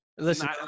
Listen